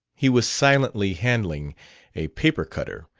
he was silently handling a paper-cutter,